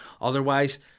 otherwise